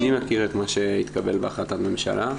אני מכיר את מה שהתקבל בהחלטת ממשלה.